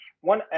one